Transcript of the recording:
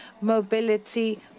mobility